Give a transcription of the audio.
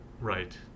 Right